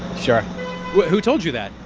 sure who told you that,